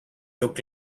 look